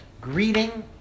greeting